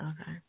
Okay